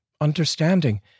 understanding